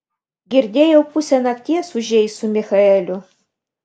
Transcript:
girdėjau pusę nakties ūžei su michaeliu